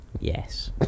Yes